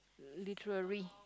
literary